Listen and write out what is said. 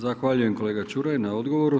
Zahvaljujem kolega Čuraj na odgovoru.